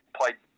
played